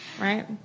right